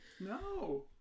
No